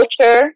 culture